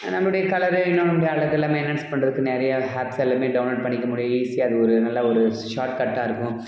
நம்மளுடைய கலர் இன்னும் நம்மளுடைய அழகு எல்லாமே என்ஹான்ஸ் பண்ணுறதுக்கு நிறைய ஹேப்ஸ் எல்லாமே டவுன்லோட் பண்ணிக்க முடியும் ஈஸியாக அது ஒரு நல்ல ஒரு ஷார்ட்கட்டாக இருக்கும்